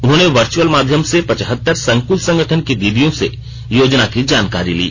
उन्होंने वर्चुवल माध्यम से पचहत्तर संकुल संगठन की दीदियों से योजना की जानकारी ली